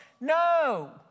No